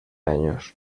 años